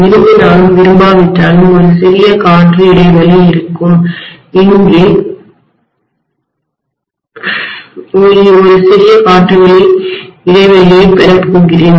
விரும்பினாலும் விரும்பாவிட்டாலும் ஒரு சிறிய காற்று இடைவெளி இருக்கும் இங்கே ஒரு சிறிய காற்று இடைவெளியைப் பெறப்போகிறேன்